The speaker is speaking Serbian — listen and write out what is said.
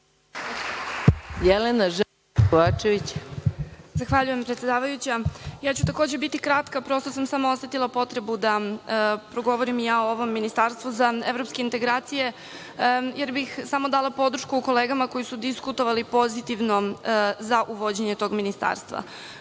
**Jelena Žarić Kovačević** Zahvaljujem predsedavajuća. Ja ću takođe biti kratka, a prosto sam samo htela i osetila potrebu da progovorim i ja o ovom ministarstvu za evropske integracije, jer bih samo dala podršku kolegama koji su diskutovali pozitivno za uvođenje tog ministarstva. Kako